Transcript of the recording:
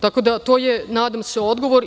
Tako da, to je, nadam se, odgovor.